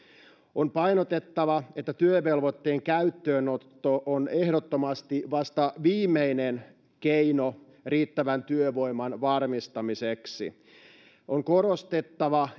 on painotettava että työvelvoitteen käyttöönotto on ehdottomasti vasta viimeinen keino riittävän työvoiman varmistamiseksi on korostettava